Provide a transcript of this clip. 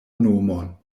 nomon